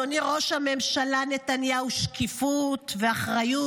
אדוני ראש הממשלה נתניהו, שקיפות ואחריות?